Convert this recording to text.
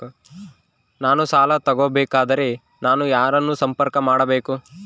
ನಾನು ಸಾಲ ತಗೋಬೇಕಾದರೆ ನಾನು ಯಾರನ್ನು ಸಂಪರ್ಕ ಮಾಡಬೇಕು?